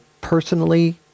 personally